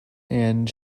and